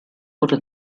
wurde